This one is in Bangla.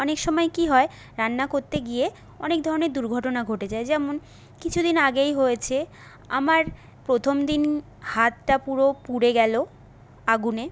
অনেক সময় কী হয় রান্না করতে গিয়ে অনেক ধরনের দুর্ঘটনা ঘটে যায় যেমন কিছু দিন আগেই হয়েছে আমার প্রথম দিন হাতটা পুরো পুড়ে গেল আগুনে